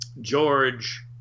george